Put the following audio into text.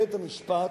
בית-המשפט,